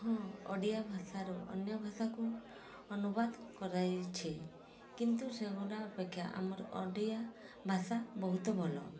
ହଁ ଓଡ଼ିଆ ଭାଷାରୁ ଅନ୍ୟ ଭାଷାକୁ ଅନୁବାଦ କରାଯାଇଛି କିନ୍ତୁ ସେଇଗୁଡ଼ା ଅପେକ୍ଷା ଆମର ଓଡ଼ିଆ ଭାଷା ବହୁତ ଭଲ